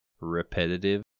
repetitive